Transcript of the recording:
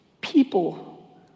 people